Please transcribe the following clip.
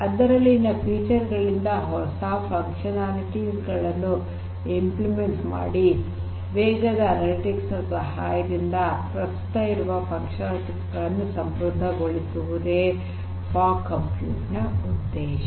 ಅದರಲ್ಲಿನ ಫೀಚರ್ ಗಳಿಂದ ಹೊಸ ಕ್ರಿಯಾತ್ಮಕತೆಗಳನ್ನು ಇಂಪ್ಲಿಮೆಂಟ್ ಮಾಡಿ ವೇಗದ ಅನಲಿಟಿಕ್ಸ್ ನ ಸಹಾಯದಿಂದ ಪ್ರಸ್ತುತ ಇರುವ ಕ್ರಿಯಾತ್ಮಕತೆಗಳನ್ನು ಸಮೃದ್ಧಗೊಳಿಸುವುದೇ ಫಾಗ್ ಕಂಪ್ಯೂಟಿಂಗ್ ನ ಉದ್ದೇಶ